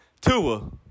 Tua